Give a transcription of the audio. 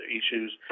issues